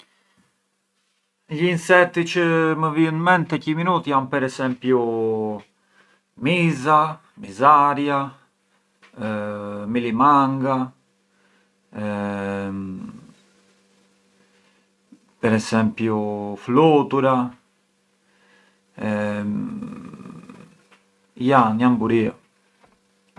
Gli insetti çë më vijën ment te qi minut jan miza, mizarja, milimanga, per esempiu flutura, jan, jan buria.